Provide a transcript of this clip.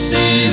See